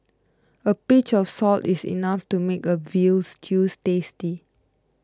a pinch of salt is enough to make a Veal Stew tasty